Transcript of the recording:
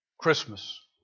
Christmas